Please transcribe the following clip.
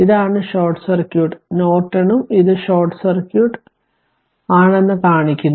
ഇതാണ് short circuit നോർട്ടനും ഇത് ഷോർട്ട് സർക്യൂട്ട് ആണെന്ന് കാണിക്കുന്നു